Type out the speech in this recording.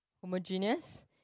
homogeneous